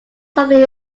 something